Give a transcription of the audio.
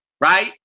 Right